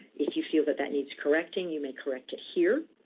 if you feel that that needs correcting, you may correct it here,